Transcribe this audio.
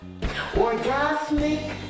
orgasmic